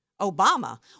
Obama